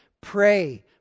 Pray